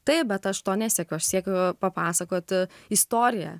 taip bet aš to nesiekiu aš siekiu papasakot istoriją